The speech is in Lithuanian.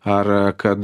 ar kad